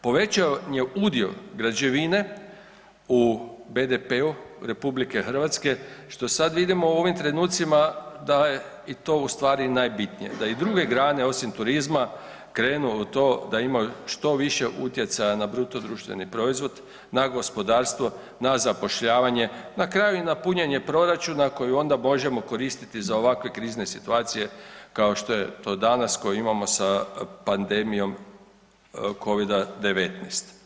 Povećan je udio građevine u BDP-u RH što sad vidimo u ovim trenucima da je i to u stvari najbitnije, da i druge grane osim turizma krenu u to da imaju što više utjecaja na bruto društveni proizvod, na gospodarstvo, na zapošljavanje, na kraju i na punjenje proračuna koji onda možemo koristiti za ovakve krizne situacije kao što je to danas koje imamo sa pandemijom covida 19.